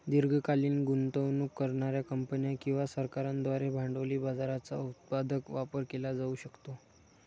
दीर्घकालीन गुंतवणूक करणार्या कंपन्या किंवा सरकारांद्वारे भांडवली बाजाराचा उत्पादक वापर केला जाऊ शकतो